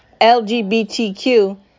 LGBTQ